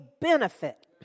benefit